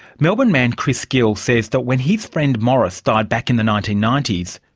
melbourne man chris gill say that when his friend morris died back in the nineteen ninety s,